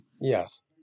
yes